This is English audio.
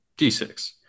D6